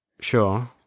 Sure